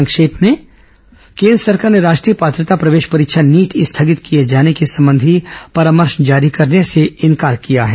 संक्षिप्त समाचार केंद्र सरकार ने राष्ट्रीय पात्रता प्रवेश परीक्षा नीट स्थगित किए जाने संबंधी परामर्श जारी करने से इंकार किया है